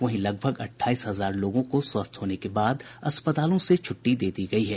वहीं लगभग अठाइस हजार लोगों को स्वस्थ होने के बाद अस्पताल से छुट्टी दे दी गयी है